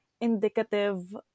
indicative